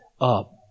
up